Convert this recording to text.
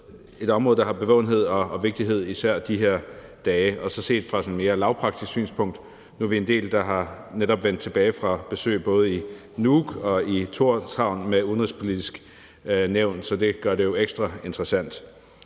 et område, der har bevågenhed og vigtighed især i de her dage. Og set fra sådan et mere lavpraktisk synspunkt er vi en del, der netop er vendt tilbage fra besøg i både Nuuk og Thorshavn med Det Udenrigspolitiske Nævn, så det gør det jo ekstra interessant.